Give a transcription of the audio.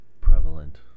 prevalent